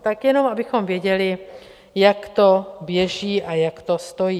Tak jenom abychom věděli, jak to běží a jak to stojí.